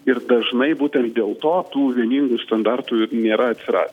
ir dažnai būtent dėl to tų vieningų standartų ir nėra atsiradę